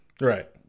Right